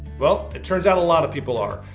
well, it turns out a lot of people are.